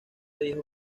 dijo